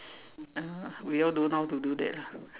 uh we all don't know how to do that lah